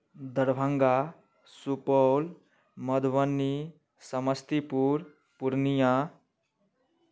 Darbhanga Supaul Madhubani Samastipur Purnia